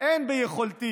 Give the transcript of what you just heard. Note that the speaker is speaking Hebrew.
אין ביכולתי